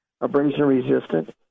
abrasion-resistant